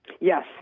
Yes